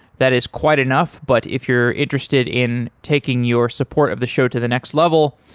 that is quite enough, but if you're interested in taking your support of the show to the next level,